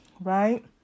right